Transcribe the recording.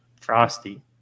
frosty